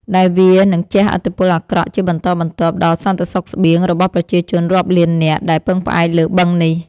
ដែលវានឹងជះឥទ្ធិពលអាក្រក់ជាបន្តបន្ទាប់ដល់សន្តិសុខស្បៀងរបស់ប្រជាជនរាប់លាននាក់ដែលពឹងផ្អែកលើបឹងនេះ។